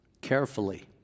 carefully